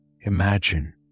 Imagine